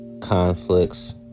conflicts